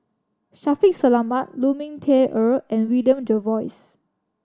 Shaffiq Selamat Lu Ming Teh Earl and William Jervois